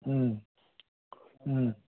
उम् उम्